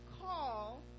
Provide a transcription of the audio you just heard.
call